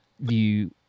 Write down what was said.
view